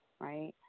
right